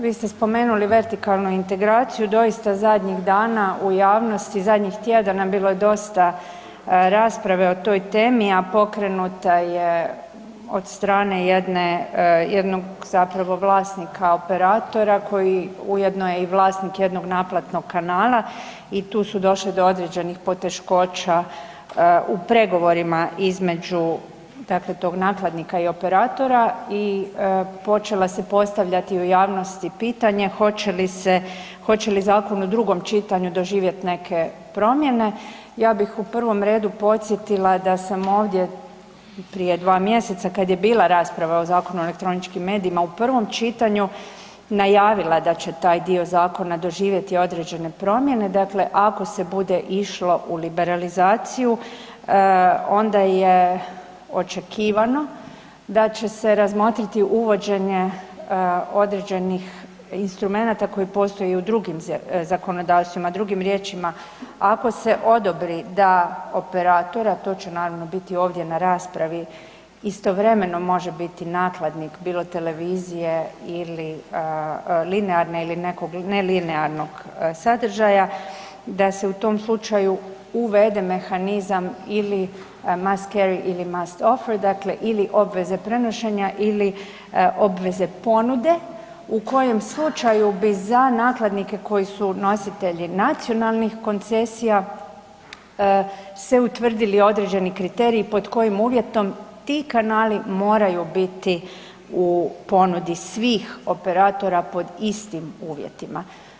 Vi ste spomenuli vertikalnu integraciju, doista zadnjih dana u javnosti, zadnjih tjedana bilo je dosta rasprave o toj temi a pokrenuta je od strane jednog zapravo vlasnika operatora koji ujedno je i vlasnik jednog naplatnog kanala i tu su došli do određenih poteškoća u pregovorima između dakle tog nakladnika i operatora i počelo se postavljati u javnosti pitanje hoće li zakon u drugom doživjet neke promjene, ja bih u prvom redu podsjetila da sam ovdje prije 2 mj., kad je bila rasprava o Zakonu o elektroničkim medijima, u prvom čitanju najavila da će taj dio zakona doživjeti određene promjene, dakle ako se bude išlo u liberalizaciju, onda je očekivano da će se razmotriti uvođenje određenih instrumenata koji postoji u drugom zakonodavstvima, drugim riječima, ako se odobri da operator, a to će naravno biti ovdje na raspravi, istovremeno može biti nakladnik, bilo televizije ili linearne ili nekog nelinearnog sadržaja, da se u tom slučaju uvede mehanizam ili must carry ili must offer, dakle ili obveze prenošenja ili obveze ponude u kojem slučaju bi za nakladnike koji su nositelji nacionalnih koncesija se utvrdili određeni kriteriji pod kojim uvjetom ti kanali moraju biti u ponudi svih operatora pod istim uvjetima.